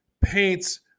paints